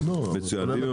מצוין.